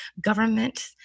government